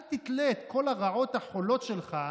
אל תתלה את כל הרעות החולות שלך